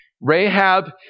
Rahab